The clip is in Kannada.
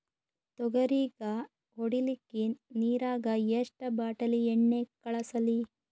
ತೊಗರಿಗ ಹೊಡಿಲಿಕ್ಕಿ ನಿರಾಗ ಎಷ್ಟ ಬಾಟಲಿ ಎಣ್ಣಿ ಕಳಸಲಿ?